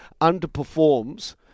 underperforms